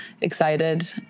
excited